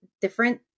different